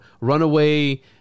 runaway